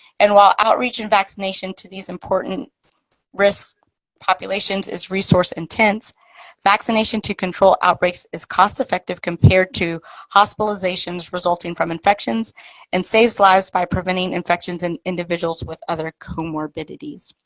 and while outreach and vaccination to these important risk populations is resource-intense vaccination to control outbreaks is cost effective compared to hospitalizations resulting from infections and saves lives by preventing infections in individuals with other comorbidities.